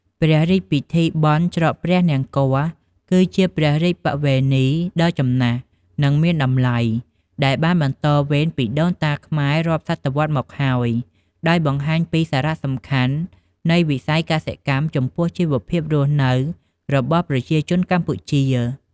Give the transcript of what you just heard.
ព្រះរាជពិធីបុណ្យច្រត់ព្រះនង្គ័ល គឺជាព្រះរាជបវេណីដ៏ចំណាស់ និងមានតម្លៃ ដែលបានបន្តវេនពីដូនតាខ្មែររាប់សតវត្សរ៍មកហើយ ដោយបង្ហាញពីសារៈសំខាន់នៃវិស័យកសិកម្មចំពោះជីវភាពរស់នៅរបស់ប្រជាជនកម្ពុជា។